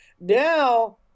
now